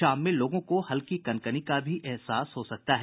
शाम में लोगों को हल्की कनकनी का भी एहसास हो सकता है